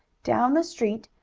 down the street,